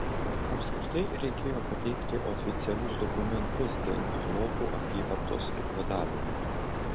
apskritai reikėjo pateikti oficialius dokumentus dėl zlotų apyvartos likvidavimo